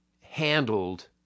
handled